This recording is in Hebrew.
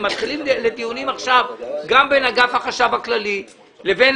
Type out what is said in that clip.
מתחילים דיונים עכשיו גם בין אגף החשב הכללי לבין